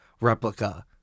replica